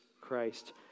Christ